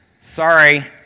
sorry